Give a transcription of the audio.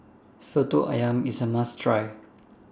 Soto Ayam IS A must Try